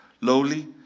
lowly